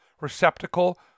receptacle